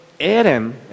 Adam